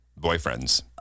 boyfriends